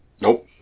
Nope